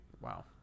Wow